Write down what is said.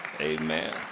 Amen